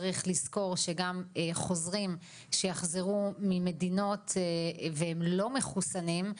צריך לזכור שגם חוזרים שיחזרו ממדינות והם לא מחוסנים,